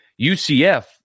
UCF